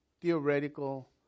theoretical